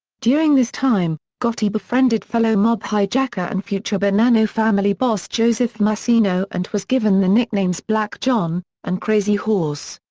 during this time, gotti befriended befriended fellow mob hijacker and future bonanno family boss joseph massino and was given the nicknames black john and crazy horse.